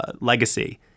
legacy